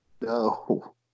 no